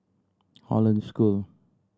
Hollandse School